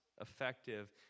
effective